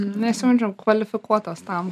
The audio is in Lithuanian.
nesijaučiam kvalifikuotos tam